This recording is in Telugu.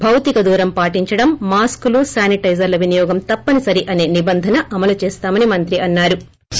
భౌతికదురం పాటించడం మాస్క్ లు శానిటైజర్ల వినియోగం్ తప్పనిసరి అనే నిభందన అమలు చేస్తామని మంత్రి అన్నారు